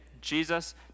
Jesus